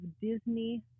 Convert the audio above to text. Disney